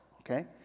okay